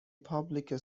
public